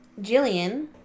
Jillian